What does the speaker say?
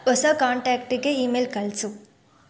ಹೊಸ ಕಾಂಟ್ಯಾಕ್ಟಿಗೆ email ಕಳಿಸು